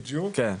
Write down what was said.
בדיוק.